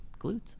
glutes